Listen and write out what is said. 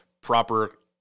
proper